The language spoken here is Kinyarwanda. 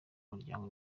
muryango